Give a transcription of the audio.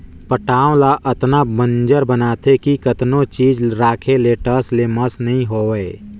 पटांव ल अतना बंजर बनाथे कि कतनो चीज राखे ले टस ले मस नइ होवय